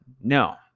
no